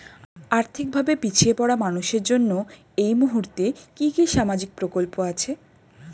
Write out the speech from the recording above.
আর্থিক ভাবে পিছিয়ে পড়া মানুষের জন্য এই মুহূর্তে কি কি সামাজিক প্রকল্প আছে?